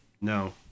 No